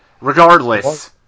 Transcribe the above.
Regardless